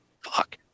fuck